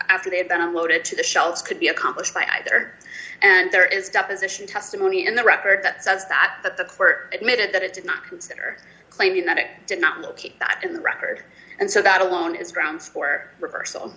after they'd been unloaded to the shelves could be accomplished by either and there is deposition testimony in the record that says that the court admitted that it did not consider claiming that it did not look at that in the record and so that alone is grounds for reversal